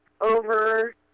over